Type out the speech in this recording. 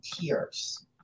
tears